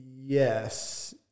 yes